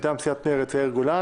מטעם סיעת מרץ: יאיר גולן.